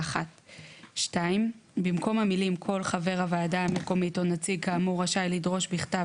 (1); במקום המילים "כל חבר הוועדה המקומית או נציג כאמור רשאי לדרוש בכתב,